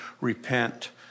repent